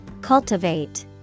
Cultivate